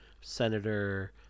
Senator